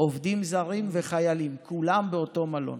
עובדים זרים וחיילים, כולם באותו מלון.